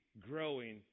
growing